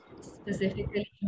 specifically